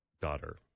daughter